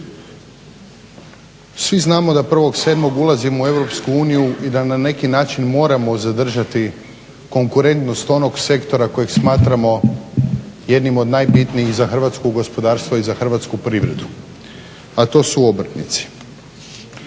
Svi znamo da 1.7. ulazimo u EU i da na neki način moramo zadržati konkurentnost onog sektora kojeg smatramo jednim od najbitnijih za hrvatsko gospodarstvo i za hrvatsku privredu, a to su obrtnici.